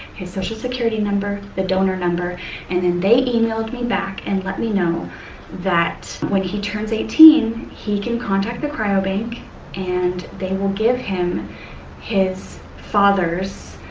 his social security number, the donor number and then they emailed me back and let me know that when he turns eighteen, he can contact the cryobank and they will give him his father's